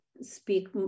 speak